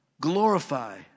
glorify